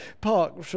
park